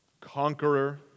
conqueror